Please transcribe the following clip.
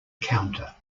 counter